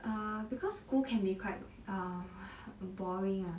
err because school can be quite err boring ah